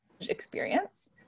experience